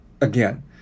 again